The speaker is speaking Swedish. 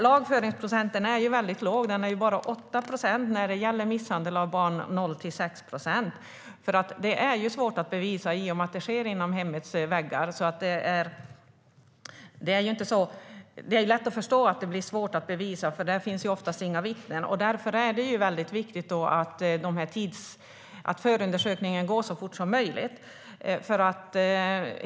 Lagföringsprocenten är väldigt låg; den är bara 8 procent när det gäller misshandel av barn mellan noll och sex år. Det är nämligen svårt att bevisa i och med att det sker inom hemmets väggar. Det är lätt att förstå att det blir svårt att bevisa något, för det finns oftast inga vittnen. Därför är det viktigt att förundersökningen går så fort som möjligt.